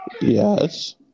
Yes